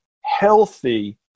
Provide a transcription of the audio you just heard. healthy